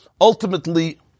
ultimately